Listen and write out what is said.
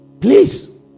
Please